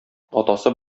атасы